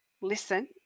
listen